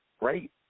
right